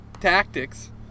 tactics